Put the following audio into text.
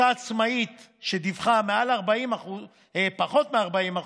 אותה עצמאית שדיווחה על פחות מ-40%,